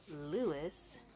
Lewis